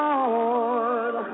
Lord